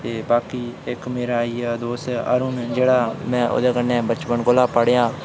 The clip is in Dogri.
ते बाकी इक मेरा आई गेआ दोस्त अरुण जेह्ड़ा में ओह्दे कन्नै बचपन कोला पढ़ेआ